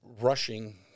rushing